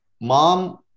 mom